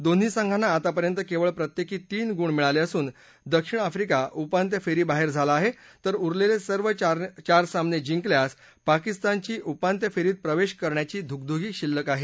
दोन्ही संघांना आतापर्यंत केवळ प्रत्येकी तीन गुण मिळाले असून दक्षिण आफ्रीका उपांत्यफेरीबाहेर झाला आहे तर उरलेले सर्व चार सामने जिंकल्यास पाकिस्तानची उपांत्यफेरीत प्रवेश करण्याची धुगधुगी शिल्लक आहे